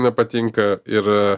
nepatinka ir